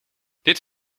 dit